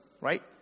right